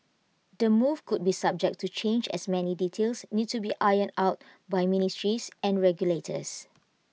the move could be subject to change as many details need to be ironed out by ministries and regulators